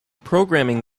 programming